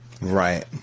Right